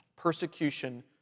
persecution